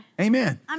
Amen